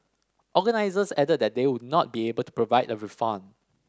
organisers added that they would not be able to provide a refund